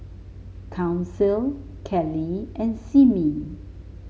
Council Keli and Simmie